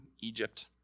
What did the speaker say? Egypt